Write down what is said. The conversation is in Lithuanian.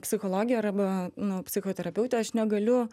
psichologė arba nu psichoterapeutė aš negaliu